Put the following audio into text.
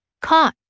caught